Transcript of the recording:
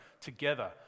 together